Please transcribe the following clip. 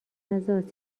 نزد